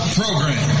program